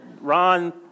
Ron